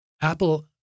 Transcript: Apple